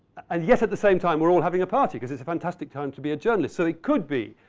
and yet at the same time, we're all having a party because it's a fantastic time to be a journalist. so, it could be,